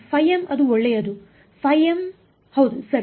ϕ ಅದು ಒಳ್ಳೆಯದು ϕ ಹೌದು ಸರಿ